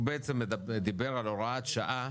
הוא בעצם דיבר על הוראת שעה